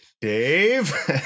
Dave